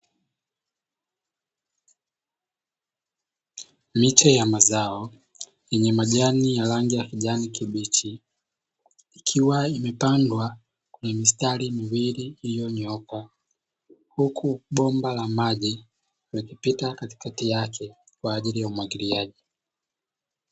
Miche ya mazao yenye majani ya rangi ya kijani kibichi ikiwa imepandwa kwenye mistari miwili iliyonyooka huku bomba la maji likipita katikati yake kwa ajili ya umwagiliaji.